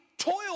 toiled